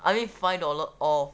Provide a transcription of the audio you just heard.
I mean five dollar off